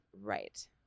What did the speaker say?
Right